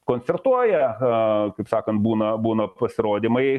koncertuoja kaip sakant būna būna pasirodymai